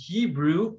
Hebrew